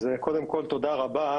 קודם כל תודה רבה.